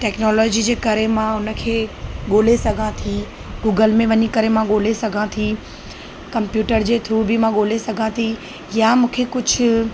technology जे करे मां उन खे ॻोल्हे सघां थी गूगल में वञी करे मां ॻोल्हे सघां थी कंप्यूटर जे थ्रू बि मां ॻोल्हे सघां थी या मूंखे कुझु